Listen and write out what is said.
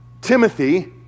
Timothy